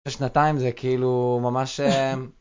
שנתיים זה כאילו ממש...